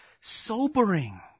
sobering